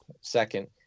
second